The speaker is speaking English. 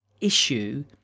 issue